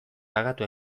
pagatu